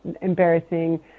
embarrassing